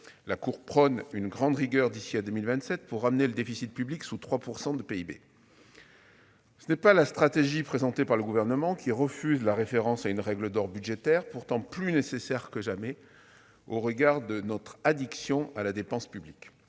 La Cour prône une grande rigueur d'ici à 2027 pour ramener le déficit public sous 3 % de PIB. Ce n'est pas la stratégie présentée par le Gouvernement, qui refuse la référence à une règle d'or budgétaire, pourtant plus nécessaire que jamais au regard de notre addiction à la dépense publique.